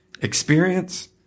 experience